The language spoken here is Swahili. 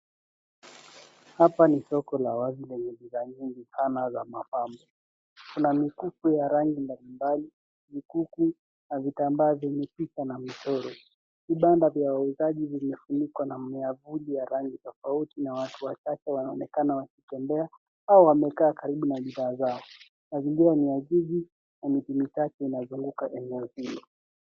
Hapa ni soko la wazi lenye bidhaa nyingi, kama za mapambo. Kuna mikufu ya rangi mbalimbali, mikuku na vitambaa venye picha na michoro. Vibanda vya wauzaji vimefunikwa na mimea fujo ya rangi tofauti na watu wachache wanaonekana wakitembea au wamekaa karibu na bidhaa zao. Mazingira ni ya ajizi na miti michache inazunguka eneo hilo.